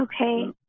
Okay